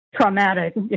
traumatic